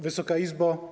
Wysoka Izbo!